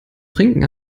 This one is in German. trinken